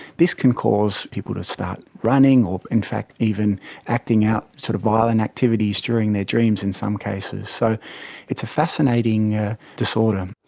this can cause people start running or in fact even acting out sort of violent activities during their dreams in some cases. so it's a fascinating disorder.